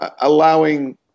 allowing